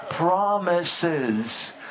promises